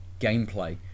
gameplay